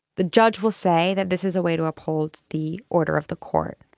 the judge will say that this is a way to uphold the order of the court.